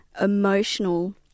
emotional